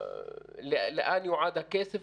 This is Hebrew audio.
לאן יועד הכסף?